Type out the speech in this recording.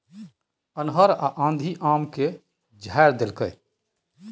अन्हर आ आंधी आम के झाईर देलकैय?